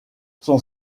son